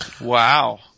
Wow